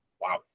Wow